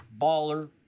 baller